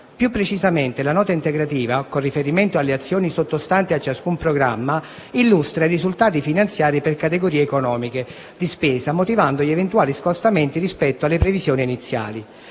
Più precisamente, la nota integrativa, con riferimento alle azioni sottostanti a ciascun programma, illustra i risultati finanziari per categorie economiche di spesa, motivando gli eventuali scostamenti rispetto alle previsioni iniziali.